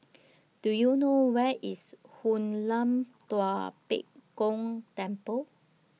Do YOU know Where IS Hoon Lam Tua Pek Kong Temple